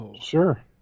Sure